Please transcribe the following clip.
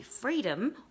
freedom